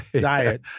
diet